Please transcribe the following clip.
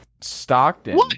Stockton